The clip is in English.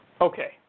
Okay